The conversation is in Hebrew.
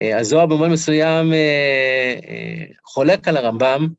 הזוהר במובן מסוים חולק על הרמב״ם.